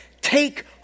Take